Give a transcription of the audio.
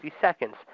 seconds